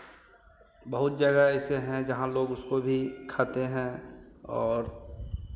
बहुत जगह ऐसे हैं जहाँ लोग उसको भी खाते हैं और